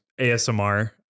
ASMR